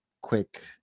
quick